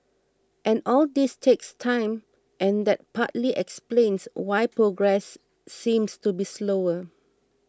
and all this takes time and that partly explains why progress seems to be slower